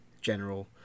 General